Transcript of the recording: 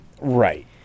Right